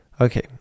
Okay